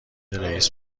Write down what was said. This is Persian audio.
رئیس